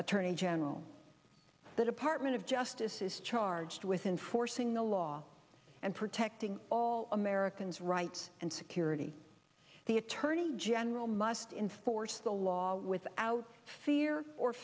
attorney general the department of justice is charged with in forcing the law and protecting americans rights and security the attorney general must inforce the law without fear or